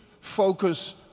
focus